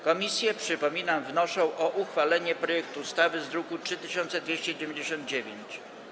Komisje, przypominam, wnoszą o uchwalenie projektu ustawy z druku nr 3299.